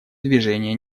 движения